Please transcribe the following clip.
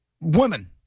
Women